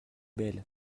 belle